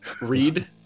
read